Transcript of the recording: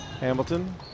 Hamilton